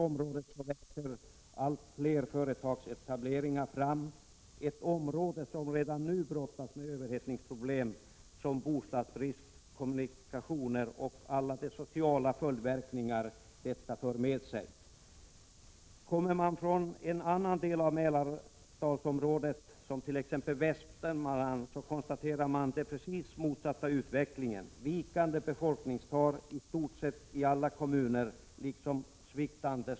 Inom detta område växer allt fler företagsetableringar fram — ett område som redan nu brottas med överhettningsproblem som bostadsbrist, kommunikationssvårigheter och alla sociala följdverkningar. Kommer man från en annan del av Mälardalsområdet, t.ex. Västmanland, kan man där konstatera precis motsatt utveckling: vikande befolkningstal för i stort sett alla kommuner liksom sviktande sysselsättning. Geografiskt sett har Bergslagen och Västmanland ett mycket centralt läge i Sverige. Trots detta centrala geografiska läge är vi oroade över att näringslivets expansion i så stor omfattning koncentreras till Uppsala Stockholmsområdet. Denna koncentration måste enligt min uppfattning brytas på något sätt.